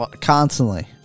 constantly